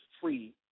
free